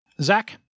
Zach